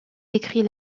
décrit